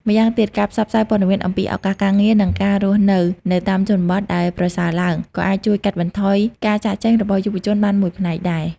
ម្យ៉ាងទៀត ការផ្សព្វផ្សាយព័ត៌មានអំពីឱកាសការងារ និងការរស់នៅនៅតាមជនបទដែលប្រសើរឡើង ក៏អាចជួយកាត់បន្ថយការចាកចេញរបស់យុវជនបានមួយផ្នែកដែរ។